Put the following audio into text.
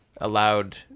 allowed